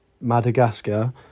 Madagascar